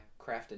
crafted